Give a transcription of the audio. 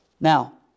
Now